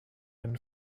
been